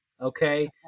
Okay